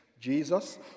Jesus